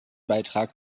beitrag